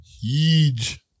Huge